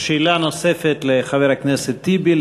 שאלה נוספת לחבר הכנסת טיבי.